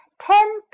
ten